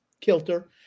kilter